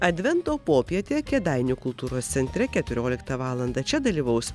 advento popietė kėdainių kultūros centre keturioliktą valandą čia dalyvaus